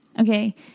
Okay